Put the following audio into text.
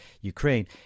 Ukraine